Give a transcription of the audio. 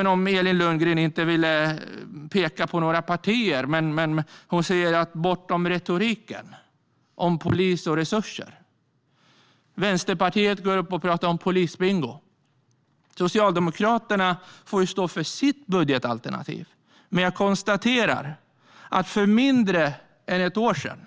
Elin Lundgren ville inte peka på några partier och talade om att se bortom retoriken när det gäller polis och resurser. Vänsterpartiet går upp i debatten och talar om polisbingo. Socialdemokraterna får stå för sitt budgetalternativ. Jag konstaterar att för mindre än ett år sedan